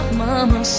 mama